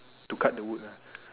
to cut the wood ah